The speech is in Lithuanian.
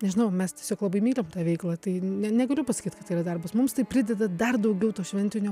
nežinau mes tiesiog labai mylim tą veiklą tai ne negaliu pasakyt kad tai yra darbas mums tai prideda dar daugiau to šventinio